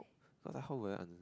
cause how would I